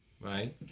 right